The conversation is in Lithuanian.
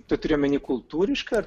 tu turi omeny kultūriškai ar